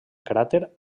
cràter